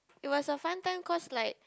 it was a fun time cause like